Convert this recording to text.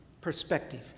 perspective